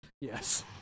Yes